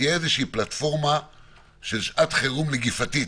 שתהיה פלטפורמה של "שעת חירום נגיפתית",